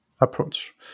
approach